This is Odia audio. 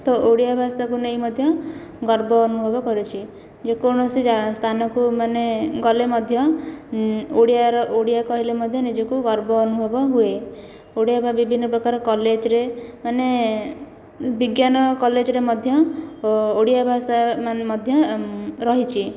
ତ ଓଡ଼ିଆ ଭାଷାକୁ ନେଇ ମଧ୍ୟ ଗର୍ବ ଅନୁଭବ କରିଚି ଯେକୌଣସି ସ୍ଥାନକୁ ମାନେ ଗଲେ ମଧ୍ୟ ଓଡ଼ିଆର ଓଡ଼ିଆ କହିଲେ ମଧ୍ୟ ନିଜକୁ ଗର୍ବ ଅନୁଭବ ହୁଏ ଓଡ଼ିଆ ବା ବିଭିନ୍ନ ପ୍ରକାର କଲେଜରେ ମାନେ ବିଜ୍ଞାନ କଲେଜରେ ମଧ୍ୟ ଓଡ଼ିଆ ଭାଷା ମଧ୍ୟ ରହିଛି